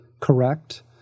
correct